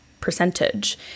percentage